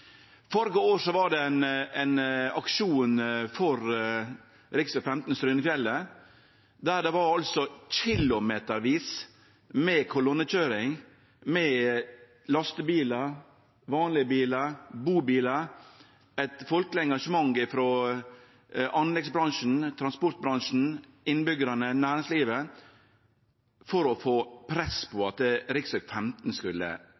år var det ein aksjon for rv. 15 Strynefjellet der det var kilometervis med kolonnekøyring, med lastebilar, vanlege bilar, bubilar – eit folkeleg engasjement frå anleggsbransjen, transportbransjen, innbyggjarane og næringslivet for å leggje press på at rv. 15 skulle